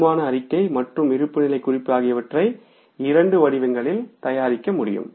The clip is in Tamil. வருமான அறிக்கை மற்றும் இருப்புநிலை குறிப்பு ஆகியவற்றை இரண்டு வடிவங்களில் தயாரிக்க முடியும்